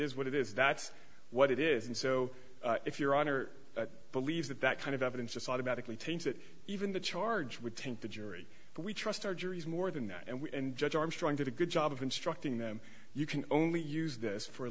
is what it is that's what it is and so if your honor believes that that kind of evidence just automatically taints it even the charge would taint the jury but we trust our juries more than that and judge armstrong did a good job of instructing them you can only use this for a